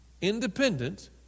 independent